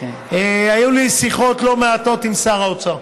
היו לי שיחות לא מעטות עם שר האוצר,